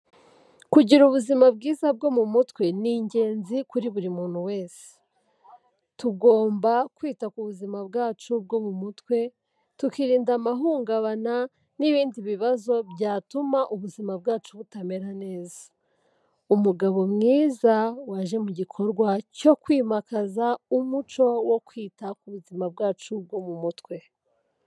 Kugira ubuzima bwiza bwo mu mutwe, ni ingenzi kuri buri muntu wese. Tugomba kwita ku buzima bwacu bwo mu mutwe, tukirinda amahungabana n'ibindi bibazo byatuma ubuzima bwacu butamera neza. Umugabo mwiza, waje mu gikorwa cyo kwimakaza umuco wo kwita ku buzima bwacu bwo mu mutwe.